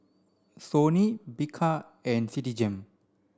Sony Bika and Citigem